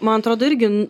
man atrodo irgi